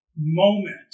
moment